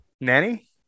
Nanny